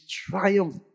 triumph